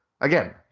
again